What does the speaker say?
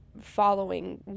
following